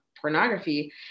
pornography